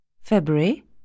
February